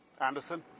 Anderson